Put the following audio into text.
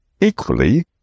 equally